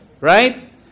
Right